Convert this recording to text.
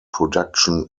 production